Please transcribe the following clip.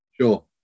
Sure